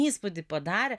įspūdį padarė